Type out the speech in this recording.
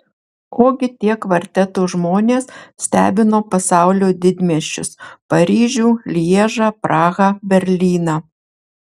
ogi tie kvarteto žmonės stebino pasaulio didmiesčius paryžių lježą prahą berlyną